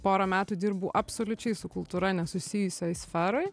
porą metų dirbau absoliučiai su kultūra nesusijusioj sferoj